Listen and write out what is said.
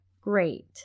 Great